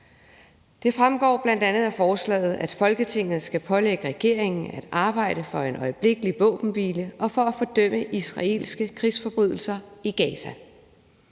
Det fremgår bl.a. af forslaget, at Folketinget skal pålægge regeringen at arbejde for en øjeblikkelig våbenhvile og for at fordømme israelske krigsforbrydelser i Gaza.